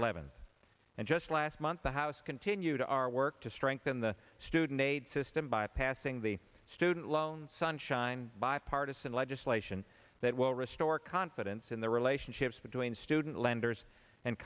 eleventh and just last month the house continued our work to strengthen the student aid system by passing the student loan sunshine bipartisan legislation that will restore confidence in the relationships between student lenders and